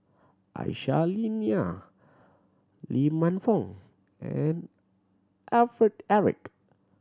Aisyah Lyana Lee Man Fong and Alfred Eric